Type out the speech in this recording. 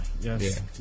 Yes